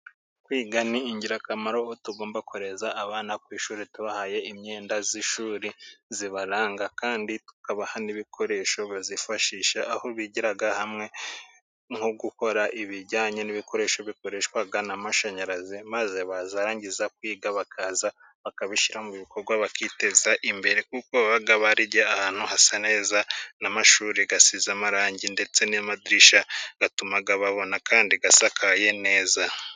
Kwiga ni ingirakamaro aho tugomba kohereza abana ku ishuri ,tubahaye imyenda y'ishuri ibaranga, kandi tukabaha n'ibikoresho bazifashisha ,aho bigira hamwe nko gukora ibijyanye n'ibikoresho bikoreshwa n'amashanyarazi ,maze bazarangiza kwiga bakaza bakabishyira mu bikorwa ,bakiteza imbere kuko baba barigiye ahantu hasa neza ,n'amashuri asize amarangi, ndetse n'amadirishya atuma babona ,kandi asakaye neza.